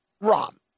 Rom